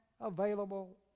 available